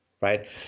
right